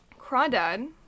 Crawdad